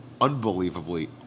unbelievably